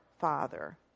father